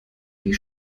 wie